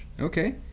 Okay